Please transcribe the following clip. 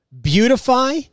beautify